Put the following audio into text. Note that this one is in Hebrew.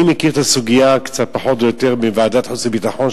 אני מכיר את הסוגיה פחות או יותר מוועדת החוץ והביטחון,